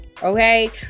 Okay